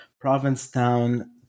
Provincetown